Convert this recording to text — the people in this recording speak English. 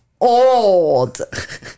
old